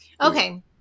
Okay